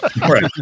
right